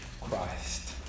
Christ